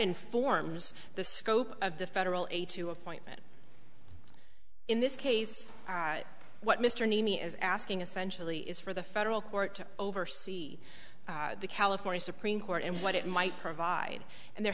informs the scope of the federal aid to appointment in this case what mr naimi is asking essentially is for the federal court to oversee the california supreme court and what it might provide and there